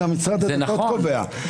זה משרד הדתות קובע.